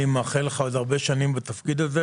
אני מאחל לך עוד הרבה שנים בתפקיד הזה